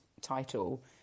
title